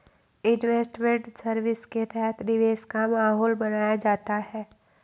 investment service के तहत निवेश का माहौल बनाया जाता है